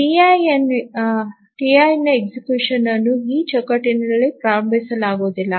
Ti ಯ executionಯನ್ನು ಈ ಚೌಕಟ್ಟಿನಲ್ಲಿ ಪ್ರಾರಂಭಿಸಲಾಗುವುದಿಲ್ಲ